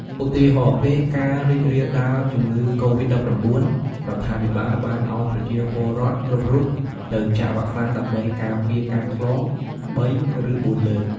ឧទាហរណ៍ ពេលការរីករាលដាលជំងឺ កូវីត១៩ រដ្ឋាភិបាលបានអោយប្រជាពលរដ្ឋគ្រប់រូបទៅចាក់វ៉ាក់សាំងដើម្បីការពារការឆ្លង ៣ ឬ ៤ លើក។